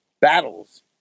battles